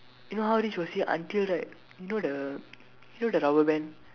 you know how rich was he until right you know the you know the rubber band